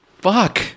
Fuck